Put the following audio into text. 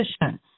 position